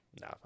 Nah